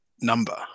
number